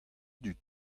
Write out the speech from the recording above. dud